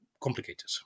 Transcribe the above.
complicated